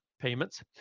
payments